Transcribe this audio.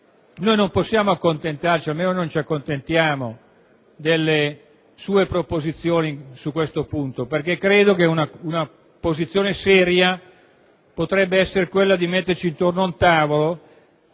che non possiamo accontentarci e non ci accontentiamo delle sue proposizioni su questo punto. Una posizione seria potrebbe essere quella di metterci intorno a un tavolo